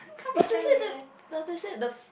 but they said that but they said the f~